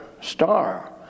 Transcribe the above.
Star